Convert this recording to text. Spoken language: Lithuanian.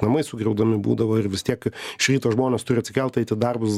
namai sugriaudami būdavo ir vis tiek iš ryto žmonės turi atsikelt eit į darbus